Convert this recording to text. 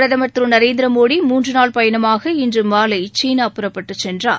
பிரதமர் திரு நரேந்திரமோடி மூன்று நாள் பயணமாக இன்று மாலை சீனா புறப்பட்டுச் சென்றார்